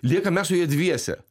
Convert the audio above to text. liekam mes su ja dviese